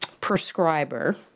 prescriber